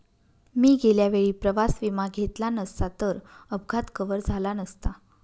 मी गेल्या वेळी प्रवास विमा घेतला नसता तर अपघात कव्हर झाला नसता